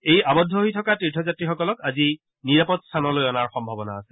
এই আবদ্ধ হৈ থকা তীৰ্থযাত্ৰীসকলক আজি নিৰাপদ স্থানলৈ অনাৰ সম্ভাৱনা আছে